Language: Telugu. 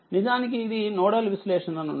నిజానికిఇదినోడల్విశ్లేషణనుండి